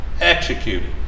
Executed